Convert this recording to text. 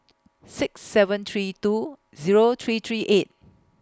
six seven three two Zero three three eight